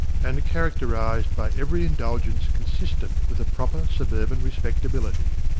and characterised by every indulgence consistent with a proper suburban respectability.